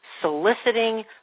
soliciting